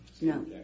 No